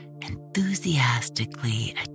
enthusiastically